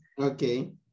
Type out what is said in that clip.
Okay